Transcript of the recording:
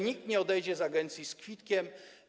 Nikt nie odejdzie z agencji z kwitkiem.